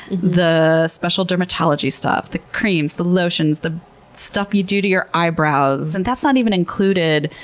the special dermatology stuff, the creams, the lotions, the stuff you do to your eyebrows. and that's not even including,